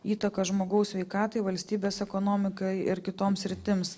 įtaką žmogaus sveikatai valstybės ekonomikai ir kitoms sritims